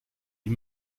wie